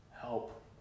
help